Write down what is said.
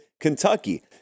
Kentucky